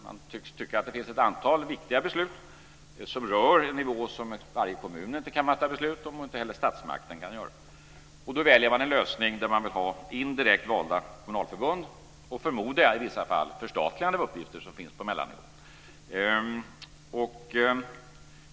De tycks tycka att det finns ett antal viktiga beslut som rör en nivå som varje kommun inte kan fatta beslut om och inte heller statsmakten. Då väljer de en lösning med indirekt valda kommunalförbund och, förmodar jag, i vissa fall förstatligande av uppgifter som finns på mellannivå.